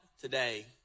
today